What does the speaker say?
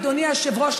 אדוני היושב-ראש,